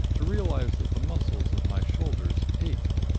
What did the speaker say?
to realize that the muscles of my shoulders ached,